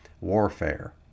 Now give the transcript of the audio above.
warfare